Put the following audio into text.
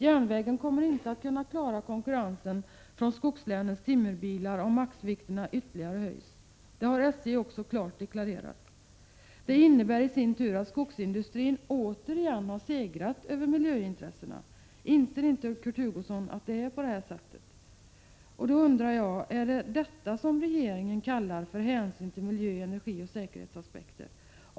Järnvägen kommer inte att kunna klara konkurrensen från skogslänens timmerbilar, om maxvikterna ytterligare höjs. Det har SJ också klart deklarerat. Detta innebär i sin tur att skogsindustrin återigen har segrat över miljöintressena. Inser inte Kurt Hugosson att det är på det här sättet? Jag undrar: Är det detta som regeringen kallar för hänsyn till miljö-, energioch säkerhetsaspekterna?